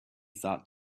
thought